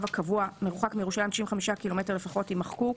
הקבוע מרוחק מירושלים 95 ק"מ לפחות" יימחקו.